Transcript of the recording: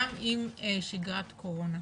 גם אם שגרת קורונה.